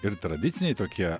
ir tradiciniai tokie